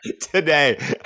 today